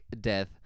death